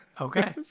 Okay